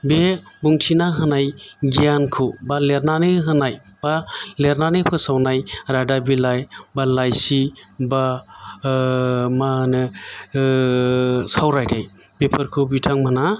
बे बुंथिना होनाय गियानखौ बा लिरनानै होनाय बा लिरनानै फोसावनाय रादाब बिलाइ बा लाइसि बा मा होनो सावरायथाइ बेफोरखौ बिथांमोना